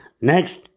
Next